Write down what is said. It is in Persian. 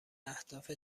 اهداف